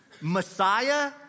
Messiah